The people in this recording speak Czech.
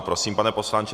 Prosím, pane poslanče.